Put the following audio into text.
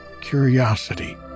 curiosity